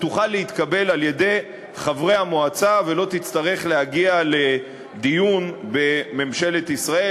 שתוכל להתקבל על-ידי חברי המועצה ולא תצטרך להגיע לדיון בממשלת ישראל,